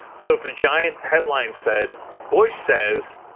so if the giant headline said, bush says,